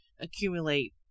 accumulate